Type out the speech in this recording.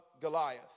Goliath